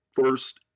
first